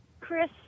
Chris